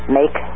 make